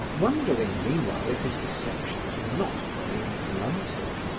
wondering meanwhile if his perceptions were not growing blunted.